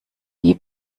die